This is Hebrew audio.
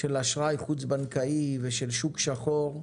לאזורים מסוכנים של אשראי חוץ-בנקאי ושל שוק שחור,